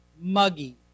muggy